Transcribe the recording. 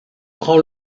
prend